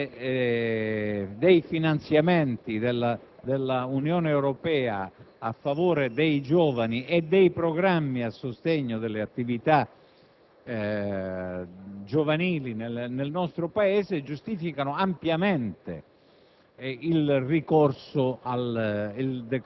e non differito dei finanziamenti dell'Unione Europea a favore dei giovani e dei programmi a sostegno delle attività giovanili nel nostro Paese, il ricorso al